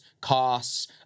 costs